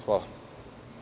Hvala.